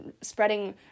spreading